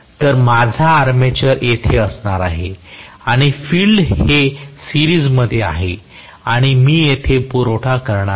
तर माझा आर्मेचर येथे असणार आहे आणि फील्ड हे सिरीजमध्ये आहे आणि मी येथे पुरवठा करणार आहे